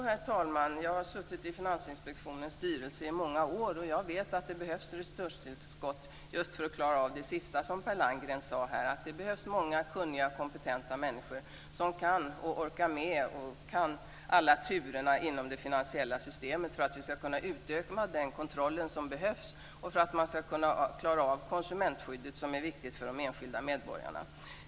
Herr talman! Jag har suttit i Finansinspektions styrelse i många år, och jag vet att det behövs resurstillskott just för att klara av det sista som Per Landgren nämnde. Det behövs många kunniga och kompetenta människor som kan alla turerna inom det finansiella systemet för att vi ska kunna utöva den kontroll som behövs och för att man ska klara av konsumentskyddet som är viktigt för de enskilda medborgarna.